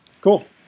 Cool